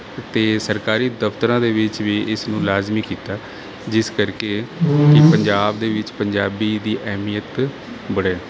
ਅਤੇ ਸਰਕਾਰੀ ਦਫਤਰਾਂ ਦੇ ਵਿੱਚ ਵੀ ਇਸ ਨੂੰ ਲਾਜ਼ਮੀ ਕੀਤਾ ਜਿਸ ਕਰਕੇ ਕਿ ਪੰਜਾਬ ਦੇ ਵਿੱਚ ਪੰਜਾਬੀ ਦੀ ਅਹਿਮੀਅਤ ਬੜੇ